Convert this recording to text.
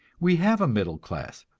we have a middle class,